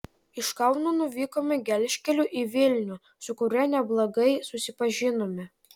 iš kauno nuvykome gelžkeliu į vilnių su kuriuo neblogai susipažinome